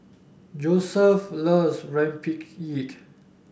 Joesph loves Rempeyek